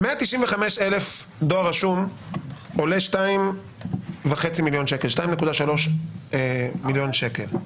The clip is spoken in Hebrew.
195,000 דואר רשום עולה 2,500,000 2,300,000 שקל.